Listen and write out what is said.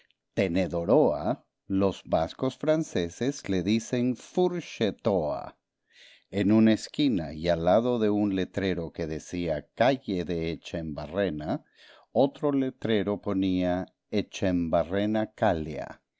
tenedor tenedoróa los vascos franceses le dicen fourchetóa en una esquina y al lado de un letrero que decía calle de echembarrena otro letrero ponía echembarrena kalia y